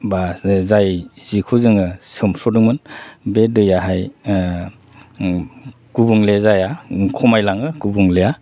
बा जाय जिखौ जोङो सोमस्रदोंमोन बे दैयाहाय गुबुंले जाया खमायलाङो गुबुंलेया